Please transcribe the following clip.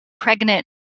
pregnant